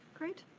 great.